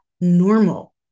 normal